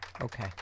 Okay